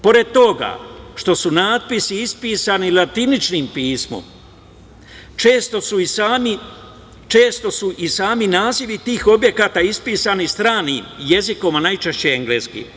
Pored toga što su natpisi ispisani latiničnim pismom, često su i sami nazivi tih objekata ispisani stranim jezikom, a najčešće engleskim.